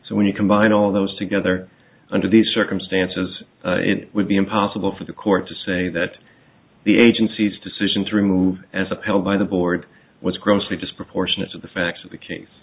so when you combine all of those together under these circumstances it would be impossible for the court to say that the agency's decision to remove as upheld by the board was grossly disproportionate to the facts of the